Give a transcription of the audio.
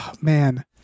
man